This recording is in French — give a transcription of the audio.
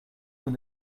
vous